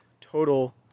total